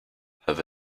have